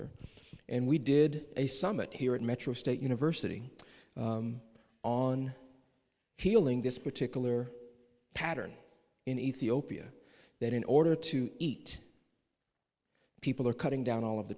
her and we did a summit here at metro state university on healing this particular pattern in ethiopia that in order to eat people are cutting down all of the